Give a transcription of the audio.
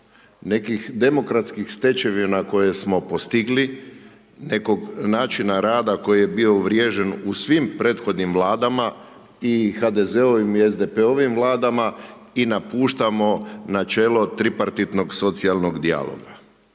nekih demokratskih stečevina koje smo postigli, nekog načina rada koji je bio uvriježen, u svim prethodnim vladama i HDZ-ovim i SDP-ovim vladama i napuštamo načelo tripartitnog socijalnog dijaloga.